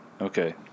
Okay